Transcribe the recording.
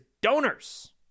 donors